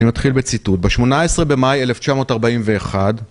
אני מתחיל בציטוט, בשמונה עשרה במאי אלף תשע מאות ארבעים ואחד.